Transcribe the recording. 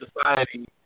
society